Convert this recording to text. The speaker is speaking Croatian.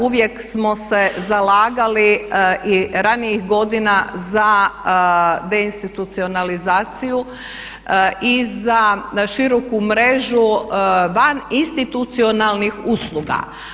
Uvijek smo se zalagali i ranijih godina za deinstitucionalizaciju i za široku mrežu van institucionalnih usluga.